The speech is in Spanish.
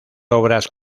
obras